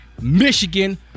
Michigan